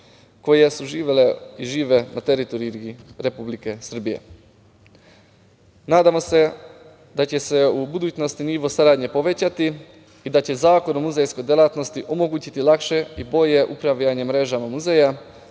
koje su živele i žive na teritoriji Republike Srbije. Nadamo da će se u budućnosti nivo saradnje povećati i da će Zakon o muzejskoj delatnosti omogućiti lakše i bolje upravljanje mrežama muzeja,